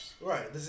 Right